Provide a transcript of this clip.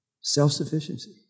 self-sufficiency